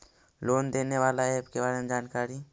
Loan देने बाला app के बारे मे जानकारी?